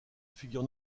figure